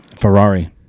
Ferrari